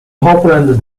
opened